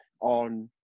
on